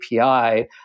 API